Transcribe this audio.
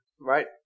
right